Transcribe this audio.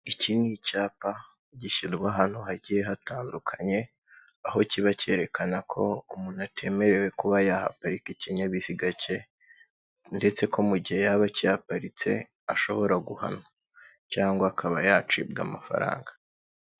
Iki ni icyapa gishyirwa ahantu hagiye hatandukanye, aho kiba cyerekana ko umuntu atemerewe kuba yahagarika ikinyabiziga cye ndetse ko mu gihe yaba akihaparitse ashobora guhanwa cyangwa akaba yacibwa amafaranga.